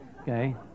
okay